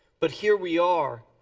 but here we are.